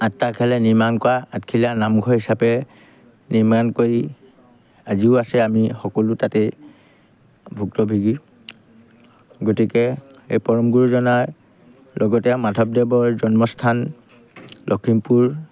আঠটা খেলে নিৰ্মাণ কৰা আঠখেলীয়া নামঘৰ হিচাপে নিৰ্মাণ কৰি আজিও আছে আমি সকলো তাতে ভুক্তভোগী গতিকে এই পৰম গুৰুজনাৰ লগতে মাধৱদেৱৰ জন্মস্থান লখিমপুৰ